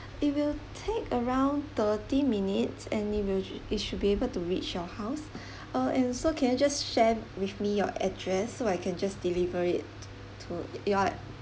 it will take around thirty minutes and it will it should be able to reach your house uh and so can you just share with me your address so I can just deliver it to~ to your